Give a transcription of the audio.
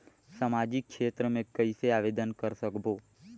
समाजिक क्षेत्र मे कइसे आवेदन कर सकबो?